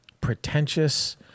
pretentious